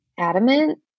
adamant